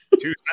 Two